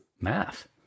Math